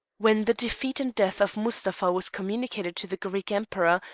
when the defeat and death of mustapha was communicated to the greek emperor,